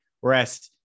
Whereas